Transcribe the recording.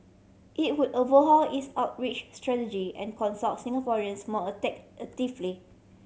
it would overhaul its outreach strategy and consult Singaporeans more actively